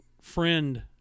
friend